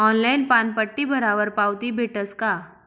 Online पानपट्टी भरावर पावती भेटस का?